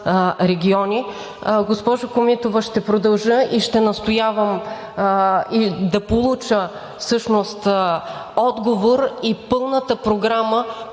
региони. Госпожо Комитова, ще продължа и ще настоявам да получа всъщност отговор и пълната програма,